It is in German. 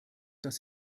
dass